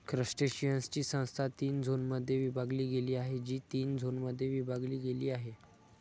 क्रस्टेशियन्सची संस्था तीन झोनमध्ये विभागली गेली आहे, जी तीन झोनमध्ये विभागली गेली आहे